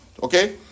Okay